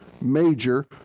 major